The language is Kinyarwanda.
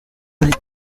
muri